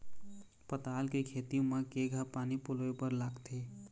पताल के खेती म केघा पानी पलोए बर लागथे?